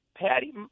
Patty